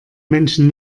menschen